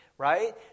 right